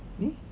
ni